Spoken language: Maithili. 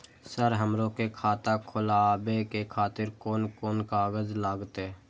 सर हमरो के खाता खोलावे के खातिर कोन कोन कागज लागते?